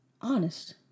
honest